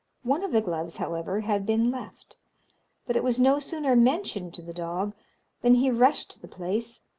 one of the gloves, however, had been left but it was no sooner mentioned to the dog than he rushed to the place,